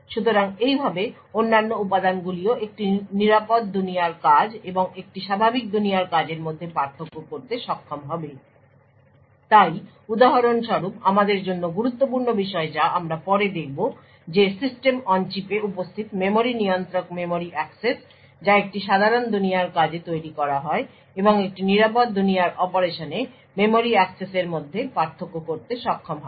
সুতরাং এইভাবে অন্যান্য উপাদানগুলিও একটি নিরাপদ দুনিয়ার কাজ এবং একটি স্বাভাবিক দুনিয়ার কাজের মধ্যে পার্থক্য করতে সক্ষম হবে তাই উদাহরণ স্বরূপ আমাদের জন্য গুরুত্বপূর্ণ বিষয় যা আমরা পরে দেখব যে সিস্টেম অন চিপে উপস্থিত মেমরি নিয়ন্ত্রক মেমরি অ্যাক্সেস যা একটি সাধারণ দুনিয়ার কাজে তৈরি করা হয় এবং একটি নিরাপদ দুনিয়ার অপারেশনে মেমরি অ্যাক্সেসের মধ্যে পার্থক্য করতে সক্ষম হবে